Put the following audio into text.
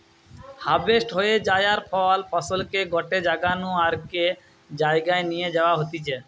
harvest হয়ে যায়ার পর ফসলকে গটে জাগা নু আরেক জায়গায় নিয়ে যাওয়া হতিছে